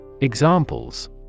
Examples